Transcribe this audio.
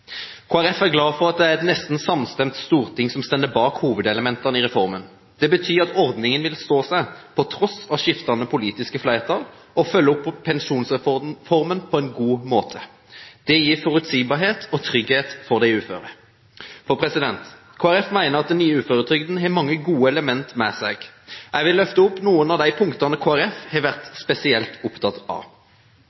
Folkeparti er glad for at det er et nesten samstemt storting som står bak hovedelementene i reformen. Det betyr at ordningen vil stå seg, tross skiftende politiske flertall, og følger opp pensjonsreformen på en god måte. Det gir forutsigbarhet og trygghet for de uføre. Kristelig Folkeparti mener at den nye uføretrygden har mange gode elementer i seg. Jeg vil løfte opp noen av de punktene Kristelig Folkeparti har vært